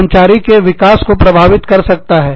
कर्मचारी के विकास को प्रभावित कर सकता है